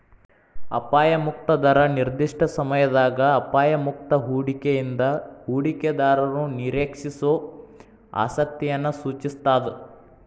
ಅಪಾಯ ಮುಕ್ತ ದರ ನಿರ್ದಿಷ್ಟ ಸಮಯದಾಗ ಅಪಾಯ ಮುಕ್ತ ಹೂಡಿಕೆಯಿಂದ ಹೂಡಿಕೆದಾರರು ನಿರೇಕ್ಷಿಸೋ ಆಸಕ್ತಿಯನ್ನ ಸೂಚಿಸ್ತಾದ